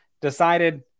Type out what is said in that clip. decided